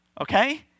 okay